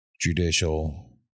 judicial